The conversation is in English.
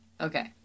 Okay